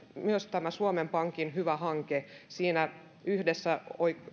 on tämä suomen pankin hyvä hanke jossa he yhdessä